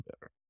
better